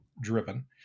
driven